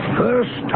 first